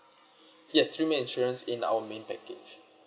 yes three main insurance in our main package